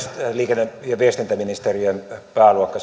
liikenne ja viestintäministeriön pääluokka